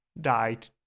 died